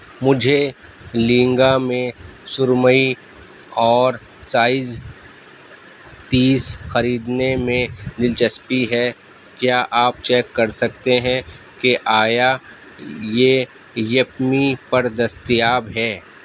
مجھے لہنگا میں سرمئی اور سائز تیس خریدنے میں دلچسپی ہے کیا آپ چیک کر سکتے ہیں کہ آیا یہ یپمی پر دستیاب ہے